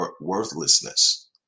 worthlessness